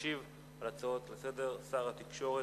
ישיב על ההצעות לסדר-היום שר התקשורת,